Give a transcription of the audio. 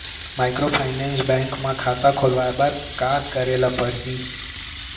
Microfinance bank म खाता खोलवाय बर का करे ल परही?